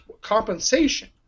compensation